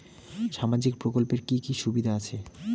সামাজিক প্রকল্পের কি কি সুবিধা আছে?